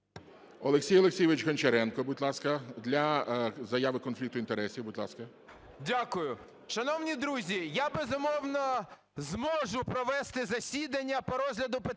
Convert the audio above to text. Олексій Олексійович Гончаренко, будь ласка, для заяви конфлікту інтересів. Будь ласка. 11:49:27 ГОНЧАРЕНКО О.О. Дякую. Шановні друзі, я, безумовно, зможу провести засідання по розгляду питання